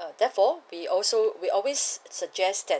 uh therefore we also we always suggest that